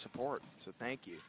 support so thank you